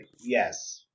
yes